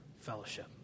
fellowship